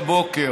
בבוקר.